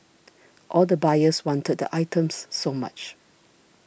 all the buyers wanted the items so much